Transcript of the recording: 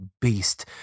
beast